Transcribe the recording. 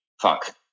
fuck